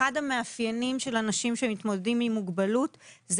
אחד המאפיינים של אנשים שמתמודדים עם מוגבלות הוא